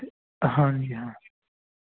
ਹਾਂਜੀ ਹਾਂ